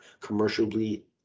commercially